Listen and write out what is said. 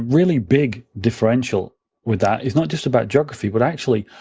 really big differential with that is not just about geography, but actually,